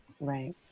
right